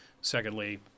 Secondly